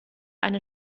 eine